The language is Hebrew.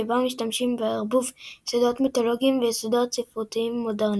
שבה משמשים בערבוב יסודות מיתולוגיים ויסודות ספרותיים מודרניים.